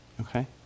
Okay